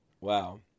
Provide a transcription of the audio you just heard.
Wow